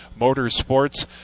motorsports